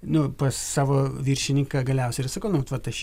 nu pas savo viršininką galiausiai ir sakau nu vat aš